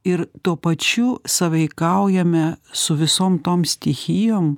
ir tuo pačiu sąveikaujame su visom tom stichijom